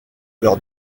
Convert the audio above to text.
leur